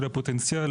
הפוטנציאל.